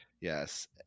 Yes